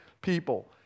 people